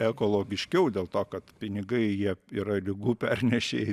ekologiškiau dėl to kad pinigai jie yra ligų pernešėjai